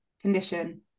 condition